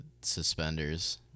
suspenders